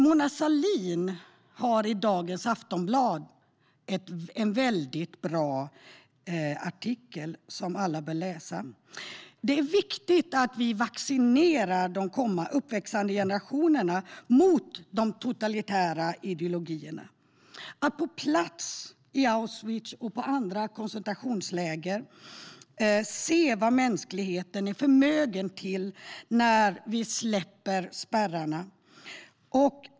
Mona Sahlin har i Aftonbladet i dag en väldigt bra artikel som alla bör läsa. Det är viktigt att vi vaccinerar de uppväxande generationerna mot de totalitära ideologierna, att man på plats i Auschwitz och andra koncentrationsläger kan se vad mänskligheten är förmögen till när vi släpper spärrarna.